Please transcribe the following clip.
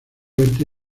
verte